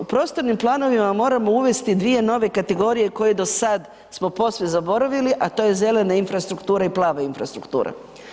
U prostornim planovima moramo uvesti dvije nove kategorije koje do sad smo posve zaboravili, a to je zelena infrastruktura i plava infrastruktura.